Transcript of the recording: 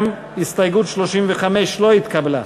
גם הסתייגות 35 לא התקבלה.